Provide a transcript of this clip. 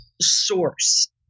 source